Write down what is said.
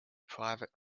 private